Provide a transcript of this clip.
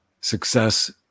Success